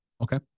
Okay